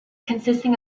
consisting